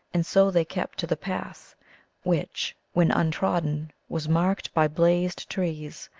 and so they kept to the path which, when untrodden, was marked by blazed trees,